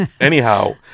Anyhow